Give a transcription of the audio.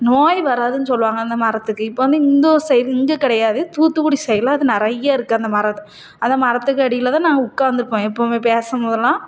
நோய் வராதுன்னு சொல்வாங்க அந்த மரத்துக்கு இப்போ வந்து இந்த ஊர் சைட் இங்கே கிடையாது தூத்துக்குடி சைடெலாம் அது நிறைய இருக்குது அந்த மரம் அந்த மரத்துக்கு அடியில் தான் நாங்க உட்காந்துருப்போம் எப்போதுமே பேசும்போதெல்லாம்